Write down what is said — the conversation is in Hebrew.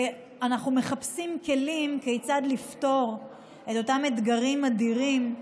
ואנחנו מחפשים כלים כיצד לפתור את אותם אתגרים אדירים,